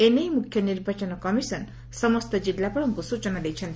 ଏନେଇ ମୁଖ୍ୟ ନିର୍ବାଚନ କମିଶନ୍ ସମସ୍ତ ଜିଲ୍ଲାପାଳଙ୍କୁ ସୂଚନା ଦେଇଛନ୍ତି